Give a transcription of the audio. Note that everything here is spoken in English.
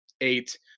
eight